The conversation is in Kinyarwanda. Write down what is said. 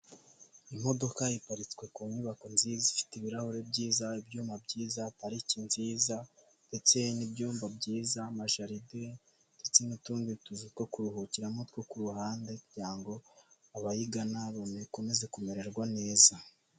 Imodoka iparitswe ku nyubako nziza ifite ibirahure byiza ibyuma byiza pariki nziza ndetse n'ibyumba byiza amajaride ndetse n'utundi tuzu two kuruhukiramo two ku ruhande kugira ngo abayigana bnakomeze kumererwa neza.